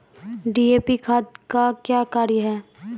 DAP खाद का क्या कार्य हैं?